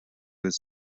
his